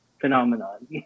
phenomenon